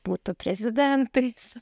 būtų prezidentais